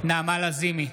נעמה לזימי,